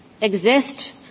exist